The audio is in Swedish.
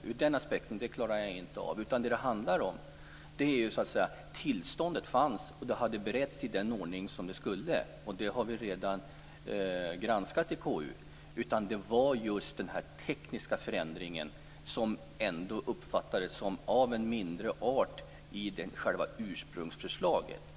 för konsekvenser. Vad det handlar om är att tillståndet fanns och att det hade beretts i den ordning som man skall. Det har vi redan granskat i KU. Den tekniska förändringen uppfattades som varande av mindre art i själva ursprungsförslaget.